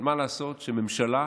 אבל מה לעשות שממשלה